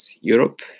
Europe